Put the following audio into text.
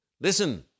listen